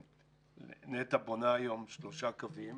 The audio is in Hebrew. נת"ע בונה היום שלושה קווים